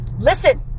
Listen